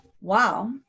wow